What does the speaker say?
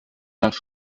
nach